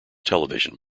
television